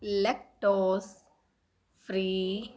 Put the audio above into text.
lactose free